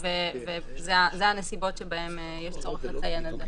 ואלו הנסיבות שבהן יש צורך לציין את זה.